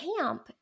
camp